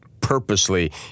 purposely